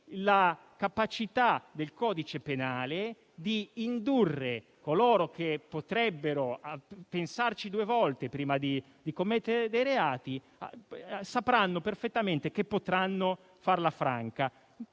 deterrenza del codice penale rispetto a coloro che potrebbero pensarci due volte prima di commettere dei reati e che sapranno perfettamente che potranno farla franca.